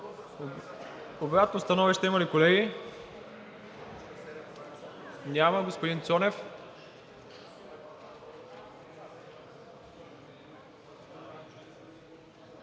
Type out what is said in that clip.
Обратно становище има ли, колеги? Няма. Господин Цонев.